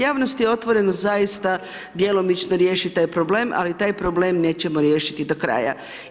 Javnost je otvoreno zaista djelomično riješiti taj problem, ali taj problem nećemo riješiti do kraja.